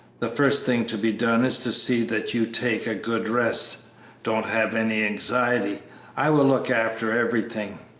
the first thing to be done is to see that you take a good rest don't have any anxiety i will look after everything.